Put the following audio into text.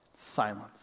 Silence